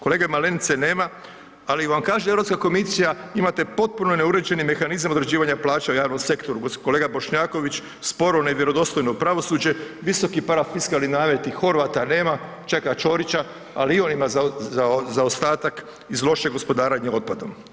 Kolege Malenice nema, ali vam kaže Europska komisija imate potpuno neuređeni mehanizam određivanja plaća u javnom sektoru, kolega Bošnjaković sporo nevjerodostojno pravosuđe, visoki parafiskalni nameti, Horvata nema, čeka Ćorića, ali i on ima zaostatak iz lošeg gospodarenja otpadom.